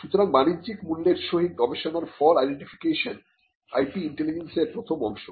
সুতরাং বাণিজ্যিক মূল্যের সহিত গবেষণার ফল আইডেন্টিফিকেশন IP ইন্টেলিজেন্সের প্রথম অংশ